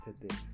today